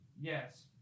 Yes